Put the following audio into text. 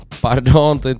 pardon